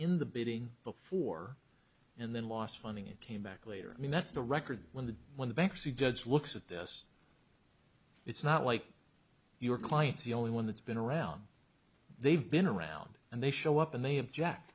in the bidding before and then lost funding it came back later i mean that's the record when the when the bankruptcy judge looks at this it's not like your client's the only one that's been around they've been around and they show up and they